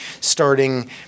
starting